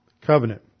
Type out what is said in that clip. covenant